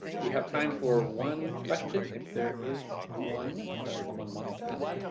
we have time for one question if there is one that someone wants to ask